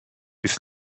bis